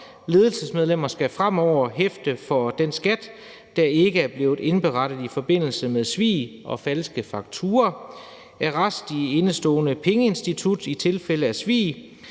Ledelsesmedlemmer skal fremover hæfte for den skat, der ikke er blevet indberettet i forbindelse med svig og falske fakturaer, der kan ske arrest i indeståender i pengeinstitutter i tilfælde af svig,